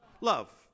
love